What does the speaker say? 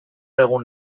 egun